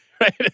right